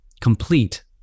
complete